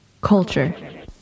Culture